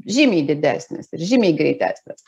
žymiai didesnis ir žymiai greitesnis